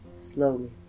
Slowly